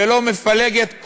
ולא מפלגת,